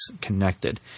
connected